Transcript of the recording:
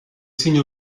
signes